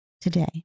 today